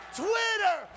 twitter